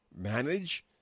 manage